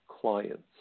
Clients